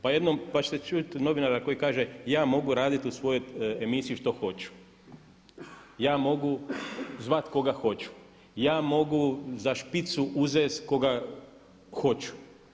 Pa ćete čuti novinara koji kaže ja mogu raditi u svojoj emisiji što hoću, ja mogu zvati koga hoću, ja mogu za špicu uzeti koga hoću.